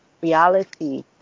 reality